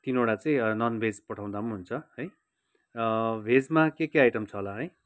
तिनवटा चाहिँ ननभेज पठाउँदा पनि हुन्छ है भेजमा के के आइटम छ होला है